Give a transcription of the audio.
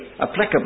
applicable